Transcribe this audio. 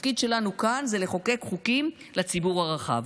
התפקיד שלנו כאן זה לחוקק חוקים לציבור הרחב.